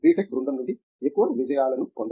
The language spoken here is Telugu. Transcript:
టెక్ బృందం నుండి ఎక్కువ విజయాలను పొందాము